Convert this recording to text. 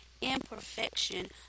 imperfection